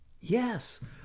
Yes